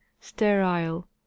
Sterile